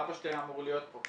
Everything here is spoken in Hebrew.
אבא שלי היה אמור להיות פה.